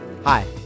Hi